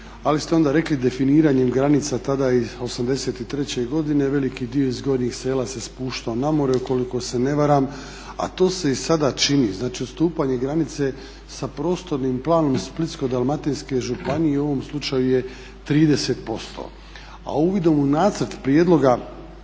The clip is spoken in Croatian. Ali ste onda rekli definiranjem granica tada i '83. godine veliki dio iz gornjih sela se spuštao na more ukoliko se ne varam, a to se i sada čini. Znači, odstupanje granice sa prostornim planom Splitsko-dalmatinske županije u ovom slučaju je 30%. A uvidom u Nacrt prijedloga